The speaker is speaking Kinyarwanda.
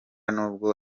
n’ubwo